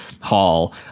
Hall